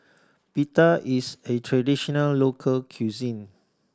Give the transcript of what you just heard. pita is a traditional local cuisine